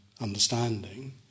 understanding